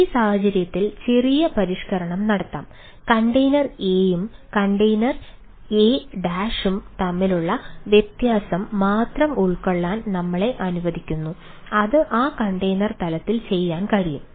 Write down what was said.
ഈ സാഹചര്യത്തിൽ ചെറിയ പരിഷ്ക്കരണം നടത്താം കണ്ടെയ്നർ എയും തലത്തിൽ ചെയ്യാൻ കഴിയും